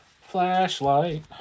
Flashlight